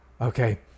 Okay